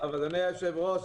אדוני היושב-ראש,